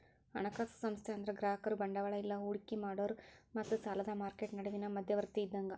ಹಣಕಾಸು ಸಂಸ್ಥೆ ಅಂದ್ರ ಗ್ರಾಹಕರು ಬಂಡವಾಳ ಇಲ್ಲಾ ಹೂಡಿಕಿ ಮಾಡೋರ್ ಮತ್ತ ಸಾಲದ್ ಮಾರ್ಕೆಟ್ ನಡುವಿನ್ ಮಧ್ಯವರ್ತಿ ಇದ್ದಂಗ